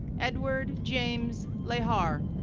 edward james lehar,